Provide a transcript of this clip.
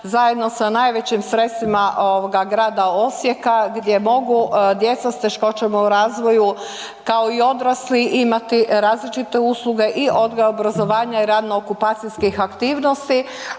zajedno sa najvećim sredstvima ovoga grada Osijeka gdje mogu djeca s teškoćama u razvoju kao i odrasli imati različite usluge i odgoj i obrazovanja i radno okupacijskih aktivnosti,